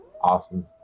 Awesome